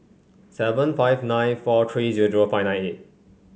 seven five nine four three zero zero five nine eight